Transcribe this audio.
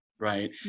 Right